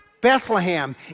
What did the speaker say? Bethlehem